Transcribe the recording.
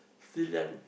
still young